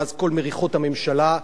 מאז כל מריחות הממשלה,